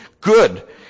good